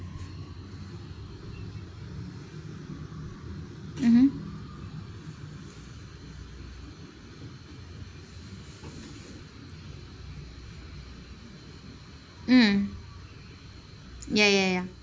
mmhmm mm ya ya ya